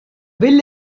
bill